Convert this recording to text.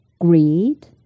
greed